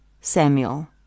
Samuel